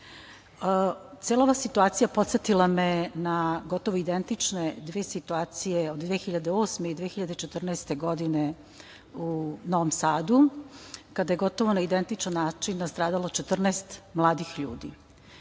ova situacija podsetila me je na gotovo identične dve situacije od 2008. i 2014. godine u Novom Sadu, kada je gotovo na identičan način nastradalo 14 mladih ljudi.